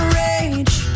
rage